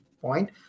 point